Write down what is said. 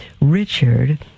Richard